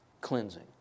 cleansing